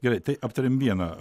gerai tai aptariam vieną